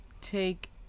take